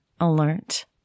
alert